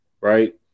right